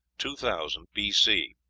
two thousand b c.